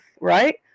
right